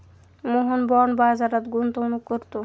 Mohan bond बाजारात गुंतवणूक करतो